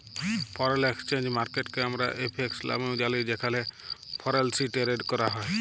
foreign exchange মার্কেটকে আমরা FX লামেও জালি যেখালে ফরেলসি টেরেড ক্যরা হ্যয়